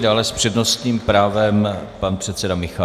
Dále s přednostním právem pan předseda Michálek.